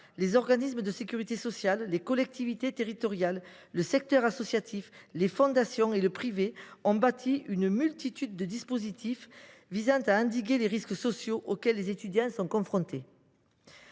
les organismes de sécurité sociale, les collectivités territoriales, le secteur associatif, les fondations et le secteur privé ont bâti une multitude de dispositifs visant à endiguer les risques sociaux auxquels les étudiants sont confrontés.